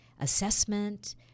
assessment